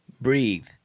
Breathe